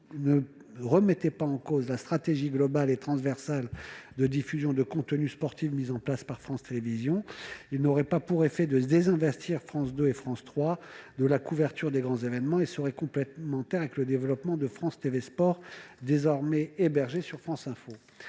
ne remet pas en cause la stratégie globale et transversale de diffusion de contenus sportifs mise en place par France Télévisions et n'aurait pas pour effet de désinvestir France 2 et France 3 de la couverture des grands événements. En outre, cela serait complémentaire avec le développement de France TV Sport, désormais hébergé sur France Info.